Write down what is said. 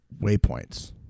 waypoints